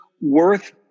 worth